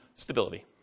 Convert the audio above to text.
Stability